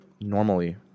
normally